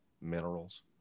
minerals